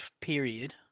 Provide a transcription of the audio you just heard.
Period